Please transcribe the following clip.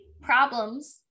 problems